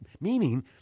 Meaning